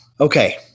Okay